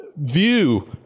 view